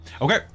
Okay